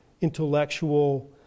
intellectual